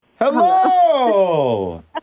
Hello